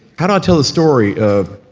how do i tell the story of?